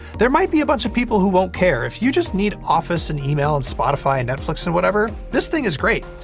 there might be a bunch of people who won't care. if you just need office, and email, and spotify, and netflix, and whatever, this thing is great!